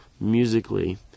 musically